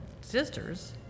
sisters